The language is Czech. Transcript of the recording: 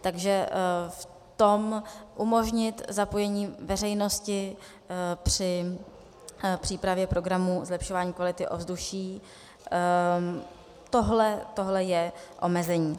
Takže v tom umožnit zapojení veřejnosti při přípravě programu zlepšování kvality ovzduší tohle je omezení.